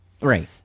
Right